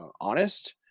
Honest